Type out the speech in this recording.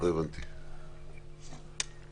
אותי לדעת,